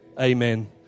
Amen